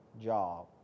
job